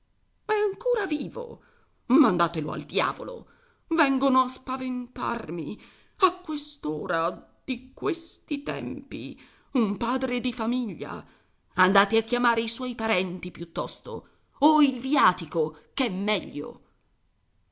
è ancora vivo mandatelo al diavolo vengono a spaventarmi a quest'ora di questi tempi un padre di famiglia andate a chiamare i suoi parenti piuttosto o il viatico ch'è meglio